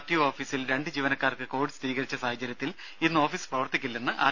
T ഓഫീസിൽ രണ്ട് ജീവനക്കാർക്ക് കോവിഡ് സ്ഥിരീകരിച്ച സഹാചര്യത്തിൽ ഇന്ന് ഓഫീസ് പ്രവർത്തിക്കില്ലെന്ന് ആർ